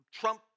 Trump